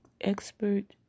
expert